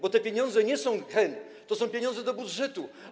Bo te pieniądze nie są hen, to są pieniądze do budżetu.